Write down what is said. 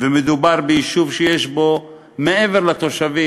מדובר ביישוב שיש בו מעבר לתושבים,